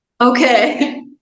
okay